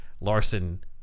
Larson